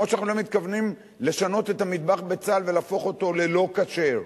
כמו שאנחנו לא מתכוונים לשנות את המטבח בצה"ל ולהפוך אותו ללא כשר.